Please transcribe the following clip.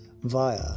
via